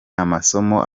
amasomo